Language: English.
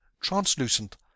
translucent